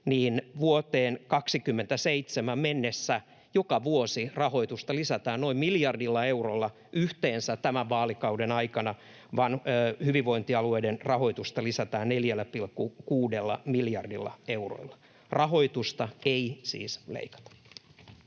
niin vuoteen 27 mennessä joka vuosi rahoitusta lisätään noin miljardilla eurolla. Yhteensä tämän vaalikauden aikana hyvinvointialueiden rahoitusta lisätään 4,6 miljardilla eurolla. Rahoitusta ei siis leikata.